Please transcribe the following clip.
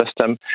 system